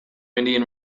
indian